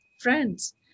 friends